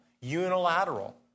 unilateral